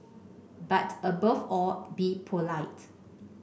but above all be polite